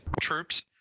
troops